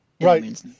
Right